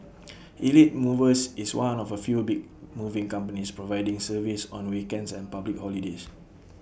elite movers is one of A few big moving companies providing service on weekends and public holidays